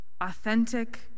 Authentic